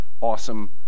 awesome